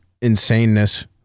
insaneness